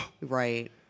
Right